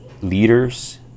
leaders